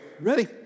Ready